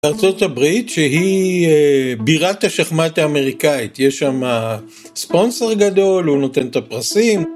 בארה״ב שהיא בירת השחמט האמריקאית, יש שם ספונסר גדול, הוא נותן את הפרסים.